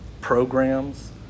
programs